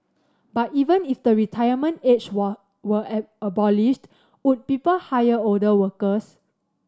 but even if the retirement age were were an abolished would people hire older workers